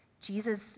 Jesus